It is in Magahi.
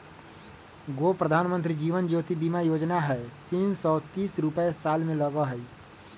गो प्रधानमंत्री जीवन ज्योति बीमा योजना है तीन सौ तीस रुपए साल में लगहई?